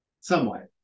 Somewhat